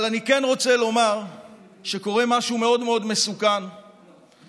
אבל אני כן רוצה לומר שקורה משהו מאוד מאוד מסוכן בהפגנות,